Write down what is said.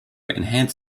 enhance